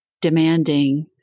demanding